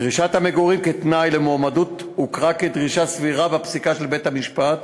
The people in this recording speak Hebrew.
דרישת המגורים כתנאי למועמדות הוכרה כדרישה סבירה בפסיקה של בית-המשפט.